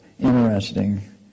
interesting